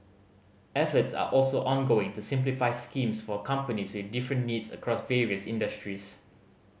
efforts are also ongoing to simplify schemes for companies with different needs across various industries